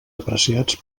apreciats